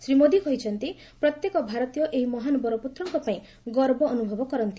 ଶ୍ରୀ ମୋଦି କହିଛନ୍ତି ପ୍ରତ୍ୟେକ ଭାରତୀୟ ଏହି ମହାନ୍ ବରପୁତ୍ରଙ୍କପାଇଁ ଗର୍ବ ଅନୁଭବ କରନ୍ତି